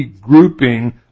grouping